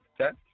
Okay